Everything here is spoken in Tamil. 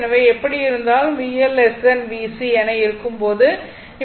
எனவே எப்படி இருந்தாலும் VL VC என இருக்கும் போது இப்படி இருக்கும்